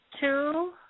two